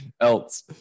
else